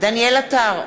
דניאל עטר,